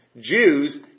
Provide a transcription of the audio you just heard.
Jews